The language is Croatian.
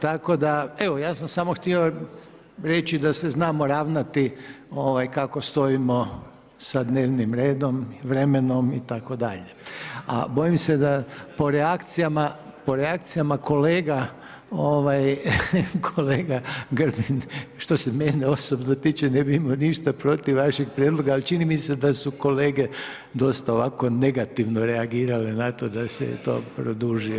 Tako da evo, ja sam samo htio reći, da se znamo ravnati, kako stojimo sa dnevnim redom, vremenom itd. a bojim se po reakcijama, kolega Grbin, što se mene osobno tiče, ne bi imao ništa protiv vašeg prijedloga, ali čini mi se da su kolege, dosta ovako negativno reagirali na to, da se to produži.